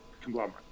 conglomerate